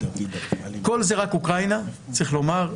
כל זה רק אוקראינה, צריך לומר.